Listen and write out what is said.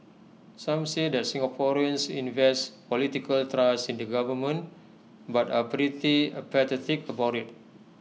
some say that Singaporeans invest political trust in the government but are pretty apathetic about IT